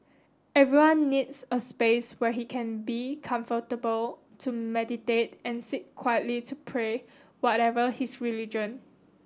everyone needs a space where he can be comfortable to meditate and sit quietly to pray whatever his religion